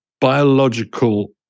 biological